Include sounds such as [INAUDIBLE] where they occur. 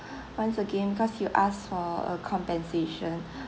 [BREATH] once again because you ask for a compensation [BREATH]